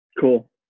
Cool